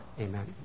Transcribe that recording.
Amen